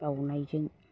बाउनायजों